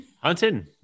Hunting